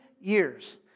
years